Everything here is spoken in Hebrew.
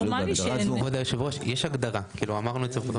כבוד היושב-ראש, יש הגדרה, אמרנו את זה.